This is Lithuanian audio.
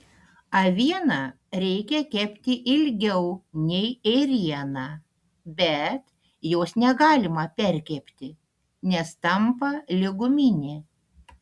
avieną reikia kepti ilgiau nei ėrieną bet jos negalima perkepti nes tampa lyg guminė